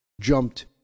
jumped